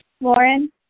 Lauren